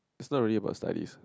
is not really about studies